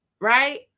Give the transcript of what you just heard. right